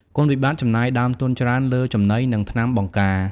គុណវិបត្តិ ចំណាយដើមទុនច្រើនលើចំណី និងថ្នាំបង្ការ។